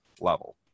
level